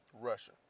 Russia